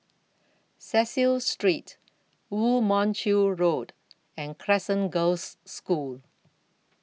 Cecil Street Woo Mon Chew Road and Crescent Girls' School